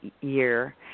year